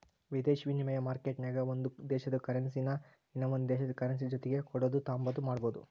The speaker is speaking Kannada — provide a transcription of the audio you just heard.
ವಿದೇಶಿ ವಿನಿಮಯ ಮಾರ್ಕೆಟ್ನಾಗ ಒಂದು ದೇಶುದ ಕರೆನ್ಸಿನಾ ಇನವಂದ್ ದೇಶುದ್ ಕರೆನ್ಸಿಯ ಜೊತಿಗೆ ಕೊಡೋದು ತಾಂಬಾದು ಮಾಡ್ಬೋದು